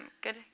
good